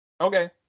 okay